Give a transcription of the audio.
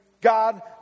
God